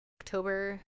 october